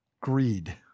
Greed